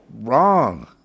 wrong